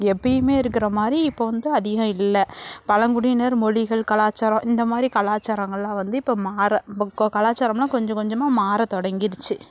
எப்போயுமே இருக்கிற மாதிரி இப்போது வந்து அதிகம் இல்லை பழங்குடியினர் மொழிகள் கலாச்சாரம் இந்த மாதிரி கலாச்சாரங்கள்லாம் வந்து இப்போ மாற கோ கலாச்சாரமெல்லாம் கொஞ்சம் கொஞ்சமாக மாற தொடங்கிடுத்து